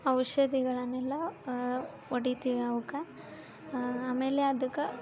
ಔಷಧಿಗಳನ್ನೆಲ್ಲ ಹೊಡಿತೀವಿ ಅವ್ಕ ಆಮೇಲೆ ಅದಕ್ಕೆ